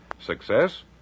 Success